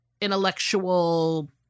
intellectual